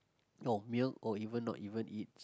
no meal or even not even eat